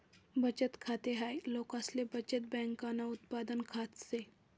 बचत खाते हाय लोकसले बचत बँकन उत्पादन खात से